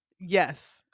yes